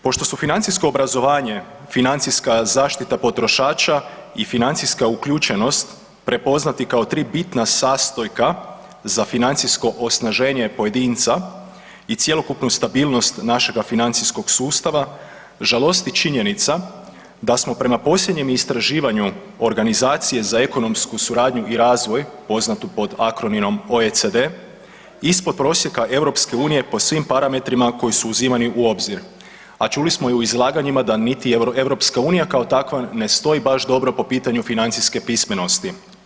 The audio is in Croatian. Pošto su financijsko obrazovanje, financijska zaštita potrošača i financijska uključenost prepoznati kao tri bitna sastojka za financijsko osnaženje pojedinca i cjelokupnu stabilnost našega financijskog sustava žalosti činjenica da smo prema posljednjem istraživanju Organizacije za ekonomsku suradnju i razvoj poznatu pod akronimom OECD ispod prosjeka EU po svim parametrima koji su uzimani u obzir, a čuli smo i u izlaganjima da niti EU kao takva ne stoji baš dobro po pitanju financijske pismenosti.